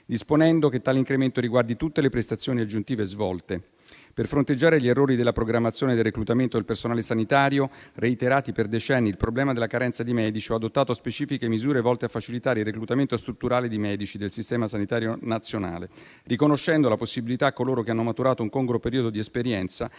disponendo che tale incremento riguardi tutte le prestazioni aggiuntive svolte. Per fronteggiare gli errori della programmazione del reclutamento del personale sanitario, reiterati per decenni, e il problema della carenza di medici, ho adottato specifiche misure volte a facilitare il reclutamento strutturale di medici del Sistema sanitario nazionale, riconoscendo la possibilità a coloro che hanno maturato un congruo periodo di esperienza